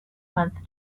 month